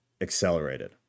accelerated